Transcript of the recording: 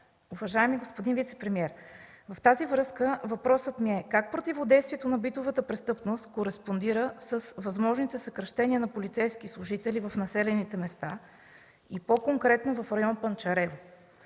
Уважаеми господин вицепремиер, в тази връзка въпросът ми е: как противодействието на битовата престъпност кореспондира с възможните съкращения на полицейски служители в населените места и по-конкретно в Район Панчарево?